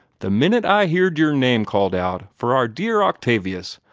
the minute i heerd your name called out for our dear octavius,